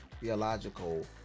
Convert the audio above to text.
theological